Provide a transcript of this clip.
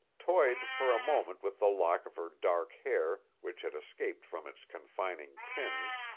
toyed for a moment with a lock of her dark hair which had escaped from its confining pins,